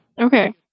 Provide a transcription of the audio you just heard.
Okay